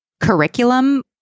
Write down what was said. curriculum